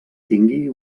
tingui